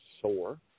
soar